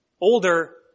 older